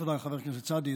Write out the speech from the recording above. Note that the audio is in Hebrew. תודה, חבר הכנסת סעדי.